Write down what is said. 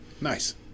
Nice